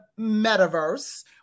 metaverse